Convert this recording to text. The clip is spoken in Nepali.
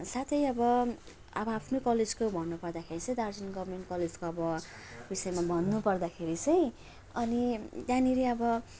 साथै अब अब आफ्नो कलेजको भन्नु पर्दाखेरि चाहिँ दार्जिलिङ गभर्मेन्ट कलेजको अब विषयमा भन्नु पर्दाखेरि चाहिँ अनि त्यहाँनिर अब